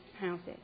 houses